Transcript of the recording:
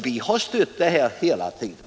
Vi har stött förslaget hela tiden.